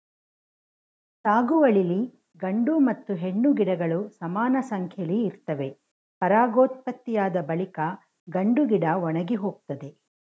ಸಾಗುವಳಿಲಿ ಗಂಡು ಮತ್ತು ಹೆಣ್ಣು ಗಿಡಗಳು ಸಮಾನಸಂಖ್ಯೆಲಿ ಇರ್ತವೆ ಪರಾಗೋತ್ಪತ್ತಿಯಾದ ಬಳಿಕ ಗಂಡುಗಿಡ ಒಣಗಿಹೋಗ್ತದೆ